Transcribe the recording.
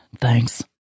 Thanks